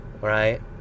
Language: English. right